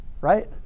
right